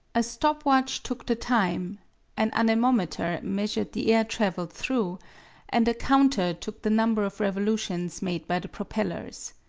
a stop watch took the time an anemometer measured the air traveled through and a counter took the number of revolutions made by the propellers.